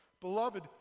Beloved